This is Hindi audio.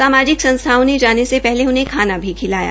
सामाजिक संस्थाओं ने जाने से पहले उन्हें खाना भी खिलाया